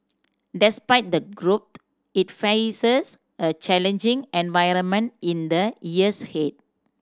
despite the growth it faces a challenging environment in the years ahead